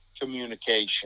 communication